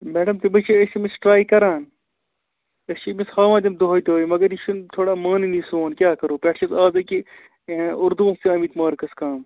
madam تِمے چھِ أسۍ أمِس ٹرٛے کران أسۍ چھِ أمِس ہاوان تِم دۄہٕے دۄہٕے مگر یہِ چھُنہٕ تھوڑا مانانٕے سون کیٛاہ کَرَو پٮ۪ٹھٕ چھُس اَز أکہِ اُردوٗہَس تہِ آمٕتۍ مارکٕس کَم